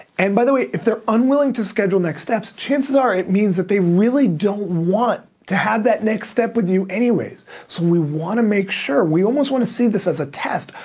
and by the way, if they're unwilling to schedule next steps, chances are it means that they really don't want to have that next step with you anyways. so we wanna make sure, we almost wanna see this as a test.